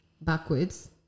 backwards